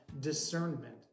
discernment